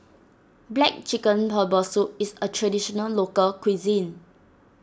Black Chicken Herbal Soup is a Traditional Local Cuisine